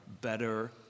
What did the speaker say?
better